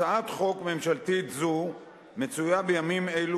הצעת חוק ממשלתית זו מצויה בימים אלו